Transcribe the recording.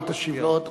אל תשיב לו עוד.